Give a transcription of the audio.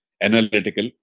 analytical